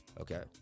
Okay